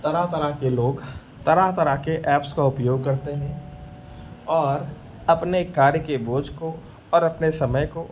तरह तरह के लोग तरह तरह के ऐप्स का उपयोग करते हैं और अपने कार्य के बोझ को और अपने समय को